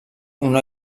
una